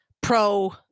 pro